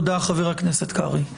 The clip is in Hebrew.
תודה, חבר הכנסת קרעי.